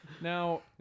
Now